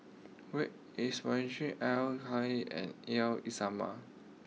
where is Madrasah Al Al Islamiah